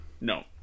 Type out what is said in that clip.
No